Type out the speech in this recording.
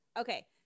Okay